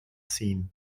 scene